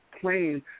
plane